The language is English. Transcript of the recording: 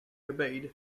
obeyed